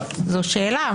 זו שאלה.